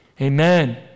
Amen